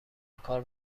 کار